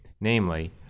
Namely